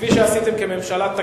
כפי שעשיתם כממשלה,